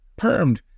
permed